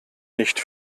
nicht